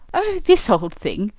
oh, this old thing,